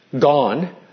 gone